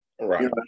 right